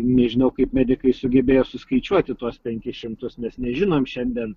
nežinau kaip medikai sugebėjo suskaičiuoti tuos penkis šimtus mes nežinom šiandien